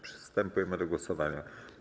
Przystępujemy do głosowania.